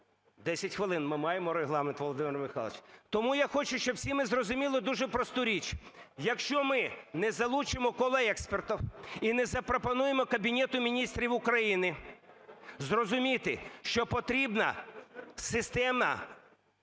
10 хвилин ми маємо регламент, Володимир Михайлович. Тому я хочу, щоб всі ми зрозуміли дуже просту річ, якщо ми не залучимо коло експертів і не запропонуємо Кабінету Міністрів України зрозуміти, що потрібна системна